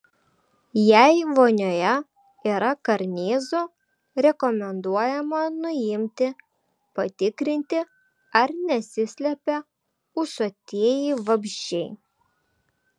jei vonioje yra karnizų rekomenduojama nuimti patikrinti ar nesislepia ūsuotieji vabzdžiai